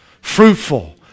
fruitful